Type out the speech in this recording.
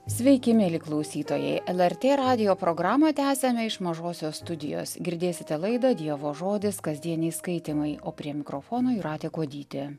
sveiki mieli klausytojai lrt radijo programą tęsiame iš mažosios studijos girdėsite laidą dievo žodis kasdieniai skaitymai o prie mikrofono jūratė kuodytė